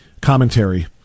commentary